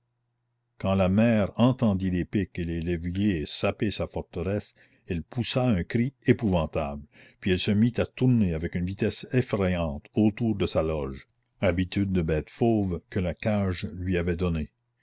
quand la mère entendit les pics et les leviers saper sa forteresse elle poussa un cri épouvantable puis elle se mit à tourner avec une vitesse effrayante autour de sa loge habitude de bête fauve que la cage lui avait donnée